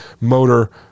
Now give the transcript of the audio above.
motor